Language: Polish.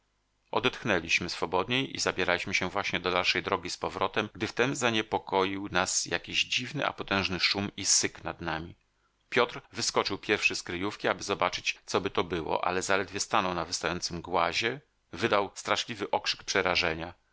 odetchnęliśmy swobodniej i zabieraliśmy się właśnie do dalszej drogi z powrotem gdy wtem zaniepokoił nas jakiś dziwny a potężny szum i syk nad nami piotr wyskoczył pierwszy z kryjówki aby zobaczyć coby to było ale zaledwie stanął na wystającym głazie wydał straszliwy okrzyk przerażenia